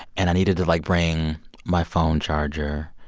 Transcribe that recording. and i needed to, like, bring my phone charger,